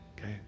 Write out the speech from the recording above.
Okay